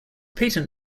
patent